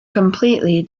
completely